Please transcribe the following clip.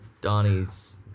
Donnie's